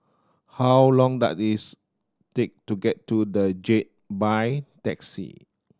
how long does is take to get to The Jade by taxi